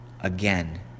Again